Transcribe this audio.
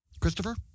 Christopher